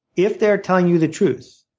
if they're telling you the truth,